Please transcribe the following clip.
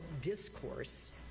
discourse